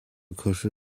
可是